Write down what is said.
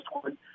one